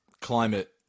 climate